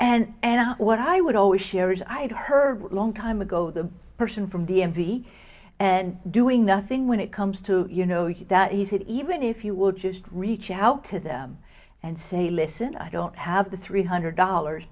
know what i would always share is i'd heard a long time ago the person from d m v and doing nothing when it comes to you know you he said even if you would just reach out to them and say listen i don't have the three hundred dollars